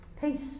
Peace